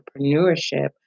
entrepreneurship